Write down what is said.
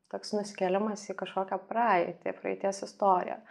toks nusikėlimas į kažkokią praeitį praeities istoriją